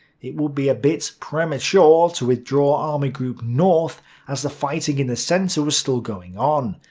it would be a bit premature to withdraw army group north as the fighting in the centre was still going on.